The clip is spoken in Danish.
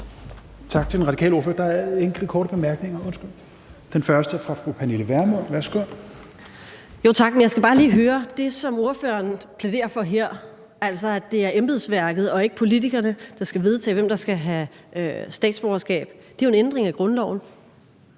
Tak til den radikale ordfører. Der er enkelte korte bemærkninger, og den første er fra fru Pernille Vermund. Værsgo. Kl. 17:56 Pernille Vermund (NB): Tak. Jeg skal bare lige høre noget. Det, som ordføreren plæderer for her, altså at det er embedsværket og ikke politikerne, der skal vedtage, hvem der skal have statsborgerskab, er jo en ændring af grundloven.